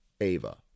Ava